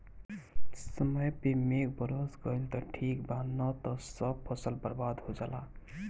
समय पे मेघ बरस गईल त ठीक बा ना त सब फसल बर्बाद हो जाला